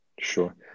Sure